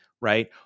right